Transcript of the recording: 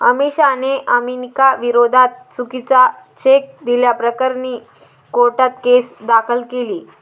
अमिषाने अनामिकाविरोधात चुकीचा चेक दिल्याप्रकरणी कोर्टात केस दाखल केली